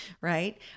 right